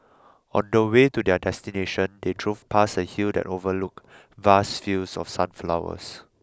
on the way to their destination they drove past a hill that overlooked vast fields of sunflowers